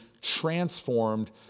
transformed